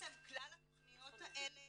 בעצם כלל התכניות האלה